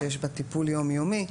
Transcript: שיש בה טיפול יום-יומי,